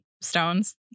stones